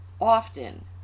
often